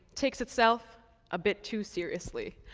takes itself a bit too seriously.